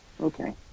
Okay